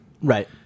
Right